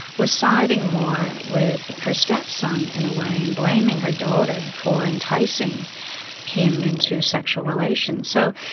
was siding more with her stepson, in a way, and blaming her daughter for enticing him into sexual relations. so,